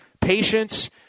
patience